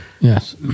yes